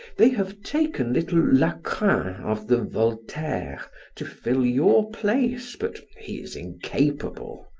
they have taken little lacrin of the voltaire to fill your place, but he is incapable.